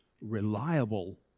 reliable